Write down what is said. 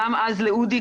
גם אז לאודי,